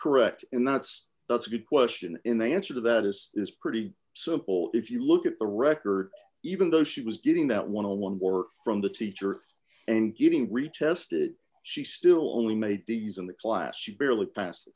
correct and that's that's a good question in the answer to that is is pretty simple if you look at the record even though she was giving that want to one more from the teacher and giving retested she still only made these in the class she barely pass